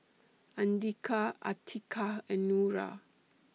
Andika Atiqah and Nura